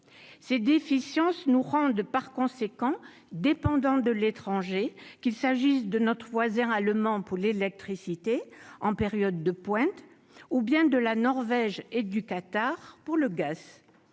ces déficiences nous rendent par conséquent dépendant de l'étranger, qu'il s'agisse de notre voisin allemand pour l'électricité en période de pointe ou bien de la Norvège et du Qatar pour le gaz,